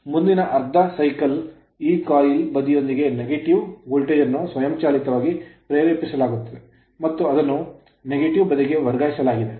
ಮುಂದಿನ ಅರ್ಧ cycle ಚಕ್ರದಲ್ಲಿ ಈ coil ಕಾಯಿಲ್ ಬದಿಯೊಂದಿಗೆ negative ಋಣಾತ್ಮಕ ವೋಲ್ಟೇಜ್ ಅನ್ನು ಸ್ವಯಂಚಾಲಿತವಾಗಿ ಪ್ರೇರೇಪಿಸಲಾಗುತ್ತದೆ ಮತ್ತು ಅದನ್ನು negative ಋಣಾತ್ಮಕ ಬದಿಗೆ ವರ್ಗಾಯಿಸಲಾಗುತ್ತದೆ